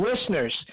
listeners